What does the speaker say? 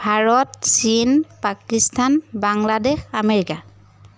ভাৰত চীন পাকিস্তান বাংলাদেশ আমেৰিকা